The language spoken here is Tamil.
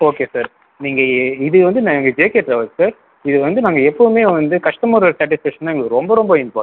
ஓகே சார் நீங்கள் இது வந்து நாங்கள் ஜேகே ட்ராவல்ஸ் சார் இது வந்து நாங்கள் எப்போதுமே வந்து கஸ்டமரோட சாட்டிஸ்ஃபேக்ஷன் தான் எங்களுக்கு ரொம்ப ரொம்ப இம்பார்ட்டண்ட்